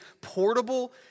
portable